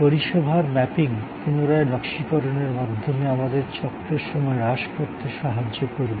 পরিষেবার ম্যাপিং পুনরায় নকশীকরণের মাধ্যমে আমাদের চক্রের সময় হ্রাস করতে সাহায্য করবে